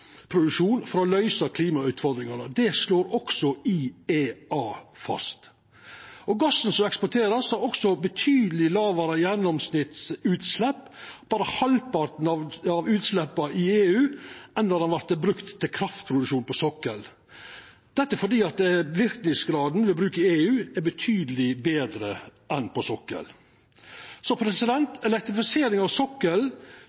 for å løysa klimautfordringane. Det slår også IEA fast. Gassen som vert eksportert, har betydeleg lågare gjennomsnittsutslepp i EU, berre halvparten av utsleppa, enn når han vert brukt til kraftproduksjon på sokkelen. Dette er fordi at verknadsgraden ved bruk i EU er betydeleg betre enn på